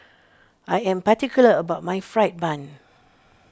I am particular about my Fried Bun